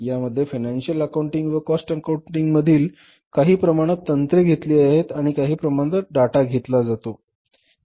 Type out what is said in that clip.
यामध्ये financial accounting व cost accounting कोणती मधील काही प्रमाणात तंत्रे घेतली आहेत आणि काही प्रमाणात डाटा घेतला जातो